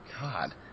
God